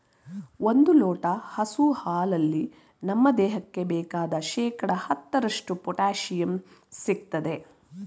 ಒಂದ್ ಲೋಟ ಹಸು ಹಾಲಲ್ಲಿ ನಮ್ ದೇಹಕ್ಕೆ ಬೇಕಾದ್ ಶೇಕಡಾ ಹತ್ತರಷ್ಟು ಪೊಟ್ಯಾಶಿಯಂ ಸಿಗ್ತದೆ